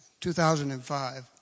2005